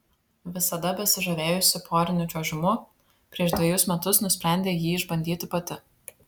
visada besižavėjusi poriniu čiuožimu prieš dvejus metus nusprendė jį išbandyti pati